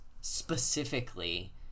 specifically